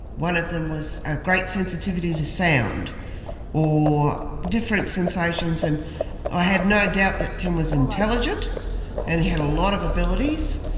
one of them was a great sensitivity to sound or different sensations, and i had no doubt that tim was intelligent and had a lot of abilities,